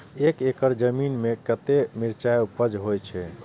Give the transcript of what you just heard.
एक एकड़ जमीन में कतेक मिरचाय उपज होई छै?